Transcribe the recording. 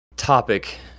topic